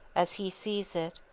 as he sees it,